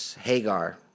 Hagar